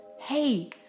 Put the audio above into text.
Hey